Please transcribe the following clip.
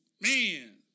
man